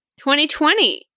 2020